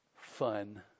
Fun